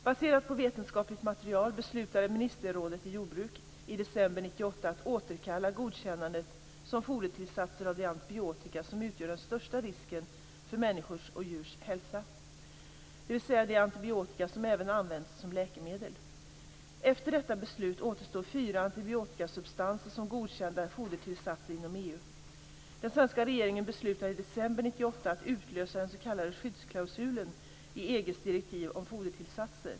Baserat på vetenskapligt material beslutade ministerrådet i december 1998 att återkalla godkännandet som fodertillsatser av de antibiotika som utgör den största risken för människors och djurs hälsa, dvs. de antibiotika som används även som läkemedel. Efter detta beslut återstår fyra antibiotikasubstanser som godkända fodertillsatser inom EU. Den svenska regeringen beslutade i december 1998 att utlösa den s.k. skyddsklausulen i EG:s direktiv om fodertillsatser.